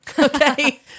Okay